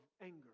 anger